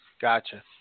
Gotcha